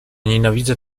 nienawidzę